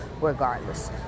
regardless